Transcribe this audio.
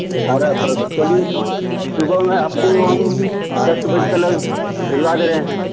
अठारह अप्रैल तो चलिए सुबह में आपको हम दस बजे तक भेज दे रहे हैं